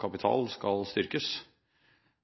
kapital skal styrkes,